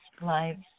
lives